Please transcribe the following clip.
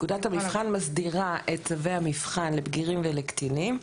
פקודת המבחן מסדירה את צווי המבחן לבגירים ולקטינים,